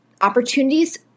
opportunities